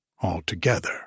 altogether